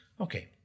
okay